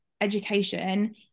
education